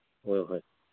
ꯍꯣꯏ ꯍꯣꯏ